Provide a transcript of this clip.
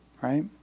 right